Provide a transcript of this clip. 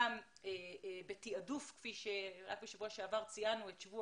גם בתעדוף כפי שרק בשבוע שעבר ציינו את שבוע